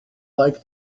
like